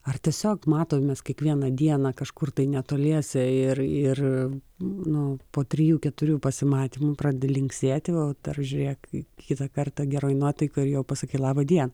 ar tiesiog matomės kiekvieną dieną kažkur tai netoliese ir ir nu po trijų keturių pasimatymų pradeda linksėti o dar žiūrėk kitą kartą geroj nuotaikoj ir jau pasakai laba diena